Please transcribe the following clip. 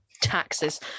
taxes